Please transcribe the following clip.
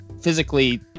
physically